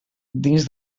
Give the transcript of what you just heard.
dins